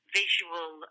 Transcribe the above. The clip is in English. visual